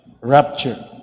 rapture